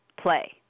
play